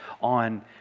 on